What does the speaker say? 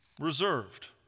reserved